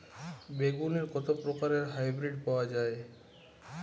বেগুনের কত প্রকারের হাইব্রীড পাওয়া যায়?